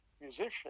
musician